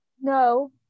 no